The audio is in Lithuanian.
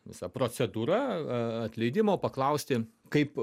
visa procedūra a atleidimo paklausti kaip